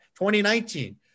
2019